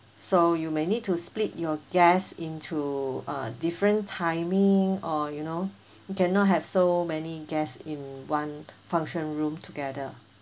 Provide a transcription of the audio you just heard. so you may need to split your guests into uh different timing or you know cannot have so many guests in one function room together